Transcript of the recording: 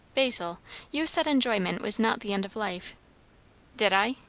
basil you said enjoyment was not the end of life did i?